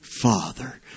Father